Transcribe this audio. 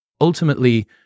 ultimately